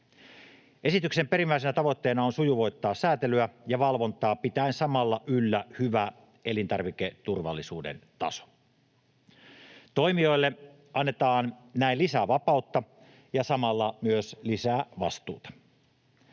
Esityksen perimmäisenä tavoitteena on sujuvoittaa sääntelyä ja valvontaa pitäen samalla yllä hyvä elintarviketurvallisuuden taso. Toimijoille annetaan näin lisää vapautta ja samalla lisää vastuuta.